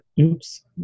oops